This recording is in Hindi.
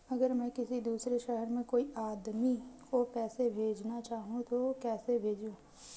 अगर मैं किसी दूसरे शहर में कोई आदमी को पैसे भेजना चाहूँ तो कैसे भेजूँ?